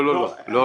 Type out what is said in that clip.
לא לא.